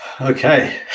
Okay